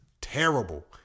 terrible